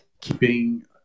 Keeping